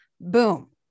Boom